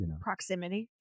proximity